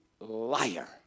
liar